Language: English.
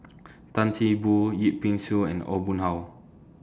Tan See Boo Yip Pin Xiu and Aw Boon Haw